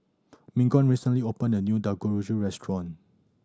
Mignon recently opened a new Dangojiru restaurant